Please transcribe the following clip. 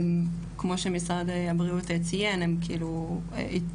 כמו שמשרד הבריאות ציין הייתה,